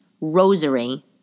rosary